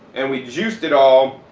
and we juiced it all,